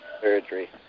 surgery